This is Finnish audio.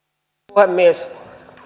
puhemies